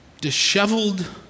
disheveled